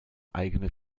eigene